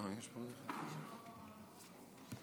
מאיר,